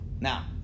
Now